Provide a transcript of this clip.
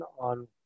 on